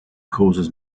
causes